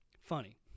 Funny